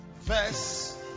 Verse